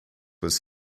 was